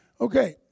Okay